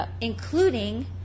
including